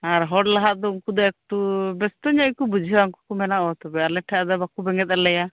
ᱟᱨ ᱦᱚᱲ ᱞᱟᱦᱟᱜ ᱫᱚ ᱩᱱᱠᱩ ᱫᱚ ᱮᱠᱴᱩ ᱵᱮᱥᱛᱚ ᱧᱚᱜ ᱜᱮᱠᱚ ᱵᱩᱡᱷᱟᱹᱣᱟ ᱩᱱᱠᱩ ᱠᱚ ᱢᱚᱱᱮᱭᱟ ᱟᱞᱮ ᱫᱚ ᱱᱤᱛᱳᱜ ᱫᱚ ᱟᱫᱚ ᱵᱟᱠᱚ ᱵᱮᱸᱜᱮᱫ ᱟᱞᱮᱭᱟ